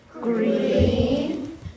green